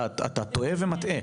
אתה טועה ומטעה.